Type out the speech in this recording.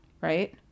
right